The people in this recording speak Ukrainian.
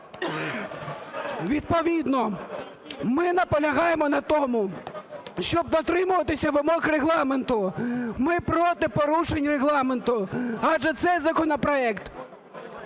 Відповідно, ми наполягаємо на тому, щоб дотримуватися вимог Регламенту. Ми проти порушень Регламенту, адже цей законопроект